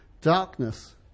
Darkness